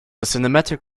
cinematic